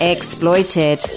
Exploited